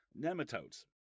nematodes